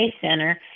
Center